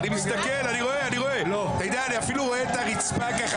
אני מסתכל, אני אפילו רואה את הרצפה שם.